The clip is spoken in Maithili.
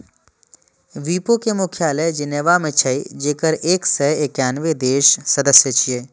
विपो के मुख्यालय जेनेवा मे छै, जेकर एक सय एकानबे देश सदस्य छियै